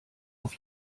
auf